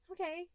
okay